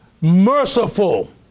merciful